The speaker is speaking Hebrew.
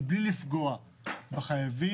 מבלי לפגוע בחייבים,